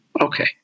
Okay